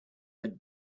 had